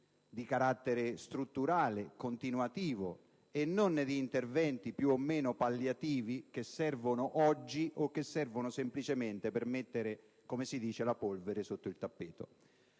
di carattere strutturale, continuativo, e non di interventi più o meno palliativi che oggi servono semplicemente per mettere la polvere sotto il tappeto.